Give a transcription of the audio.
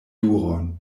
juron